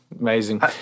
Amazing